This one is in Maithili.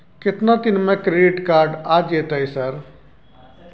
केतना दिन में क्रेडिट कार्ड आ जेतै सर?